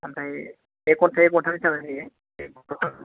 आमफ्राय एक घन्टा एक घन्टा राननानै होगोन